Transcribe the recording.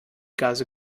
gase